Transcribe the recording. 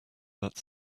that